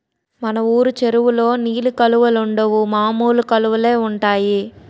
మన వూరు చెరువులో నీలి కలువలుండవు మామూలు కలువలే ఉంటాయి